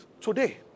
today